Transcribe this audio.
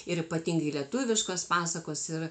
ir ypatingai lietuviškos pasakos ir